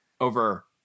over